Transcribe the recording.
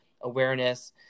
awareness